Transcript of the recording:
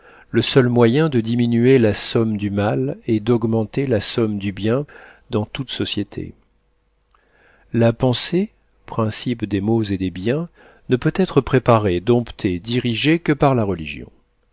le seul moyen de diminuer la somme du mal et d'augmenter la somme du bien dans toute société la pensée principe des maux et des biens ne peut être préparée domptée dirigée que par la religion